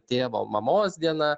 tėvo mamos diena